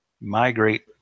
migrate